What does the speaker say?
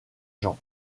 jean